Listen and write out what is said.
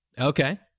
Okay